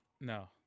No